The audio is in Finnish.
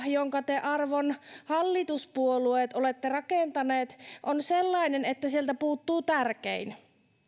jonka te arvon hallituspuolueet olette rakentaneet on sellainen että sieltä puuttuu tärkein